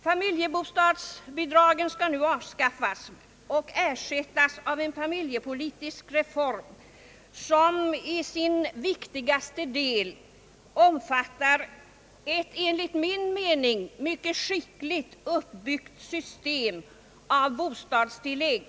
Familjebostadsbidragen skall nu" avskaffas och ersättas av en familjepolitisk reform, som i sin viktigatse del omfattar ett enligt min mening mycket skickligt uppbyggt system av bostadstillägg.